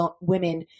women